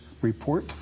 report